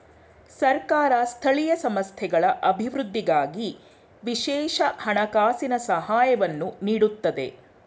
ಸರ್ಕಾರ ಸ್ಥಳೀಯ ಸಂಸ್ಥೆಗಳ ಅಭಿವೃದ್ಧಿಗಾಗಿ ವಿಶೇಷ ಹಣಕಾಸಿನ ಸಹಾಯವನ್ನು ನೀಡುತ್ತದೆ